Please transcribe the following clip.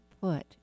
put